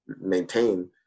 maintain